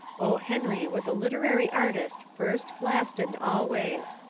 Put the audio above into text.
o. henry was a literary artist first, last and always.